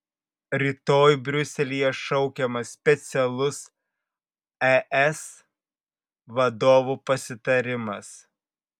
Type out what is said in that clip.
rytoj briuselyje šaukiamas specialus es vadovų pasitarimas